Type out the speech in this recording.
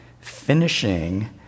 finishing